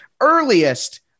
earliest